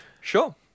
Sure